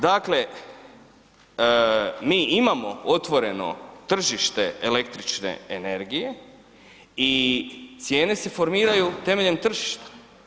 Dakle, mi imamo otvoreno tržište električne energije i cijene se formiraju temeljem tržišta.